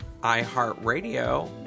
iHeartRadio